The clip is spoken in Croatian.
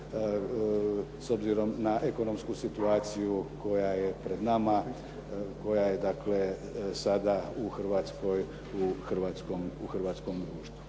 s obzirom na ekonomsku situaciju koja je pred nama, koja je sada u Hrvatskoj i u